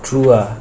true ah